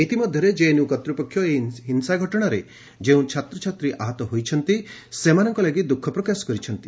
ଇତିମଧ୍ୟରେ ଜେଏନ୍ୟୁ କର୍ତ୍ତୃପକ୍ଷ ଏହି ହିଂସା ଘଟଣାରେ ଯେଉଁ ଛାତ୍ରଛାତ୍ରୀ ଆହତ ହୋଇଛନ୍ତି ସେମାନଙ୍କ ଲାଗି ଦୁଃଖ ପ୍ରକାଶ କରିଛନ୍ତି